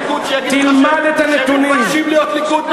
שחברי מרכז הליכוד יגידו לך שהם מתביישים להיות ליכודניקים.